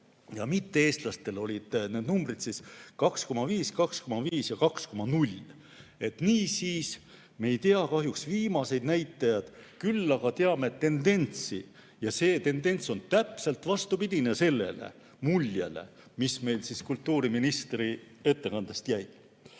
Mitte-eestlastel olid need näitajad vastavalt 2,5, 2,5 ja 2,0. Me ei tea kahjuks viimaseid näitajad. Küll aga teame tendentsi ja see tendents on täpselt vastupidine sellele muljele, mis meile kultuuriministri ettekandest jäi.